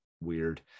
weird